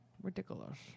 Ridiculous